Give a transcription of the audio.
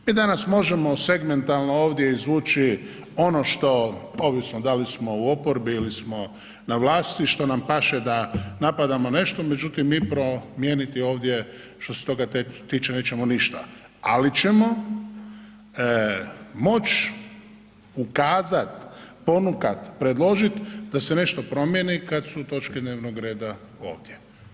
Mi danas možemo segmentalno ovdje izvući ono što, ovisno da li smo u oporbi ili smo na vlasti što nam paše da napadamo nešto međutim mi promijeniti ovdje što se toga tiče nećemo ništa ali ćemo moć ukazati, ponukat, predložit da se nešto promijeni kada su točke dnevnog reda ovdje.